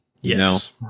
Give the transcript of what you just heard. Yes